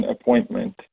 appointment